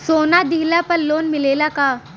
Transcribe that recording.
सोना दिहला पर लोन मिलेला का?